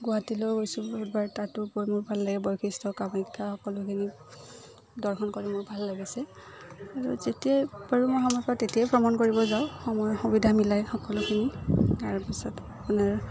গুৱাহাটীলৈও গৈছোঁ বহুতবাৰ তাতো গৈ মোৰ ভাল লাগে বশিষ্ঠা কামাখ্যা সকলোখিনি দৰ্শন কৰি মোৰ ভাল লাগিছে আৰু যেতিয়াই পাৰোঁ মই সময় পাওঁ তেতিয়াই ভ্ৰমণ কৰিব যাওঁ সময়ৰ সুবিধা মিলাই সকলোখিনি তাৰ পিছত আপোনাৰ